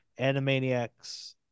Animaniacs